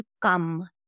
come